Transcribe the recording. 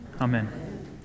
amen